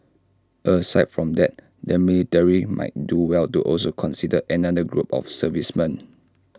aside from that the military might do well to also consider another group of servicemen